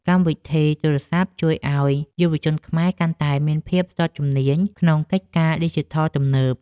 កម្មវិធីទូរសព្ទជួយឱ្យយុវជនខ្មែរ កាន់តែមានភាពស្ទាត់ជំនាញក្នុងកិច្ចការឌីជីថលទំនើប។